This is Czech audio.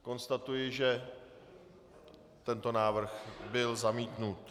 Konstatuji, že tento návrh byl zamítnut.